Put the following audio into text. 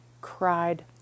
cried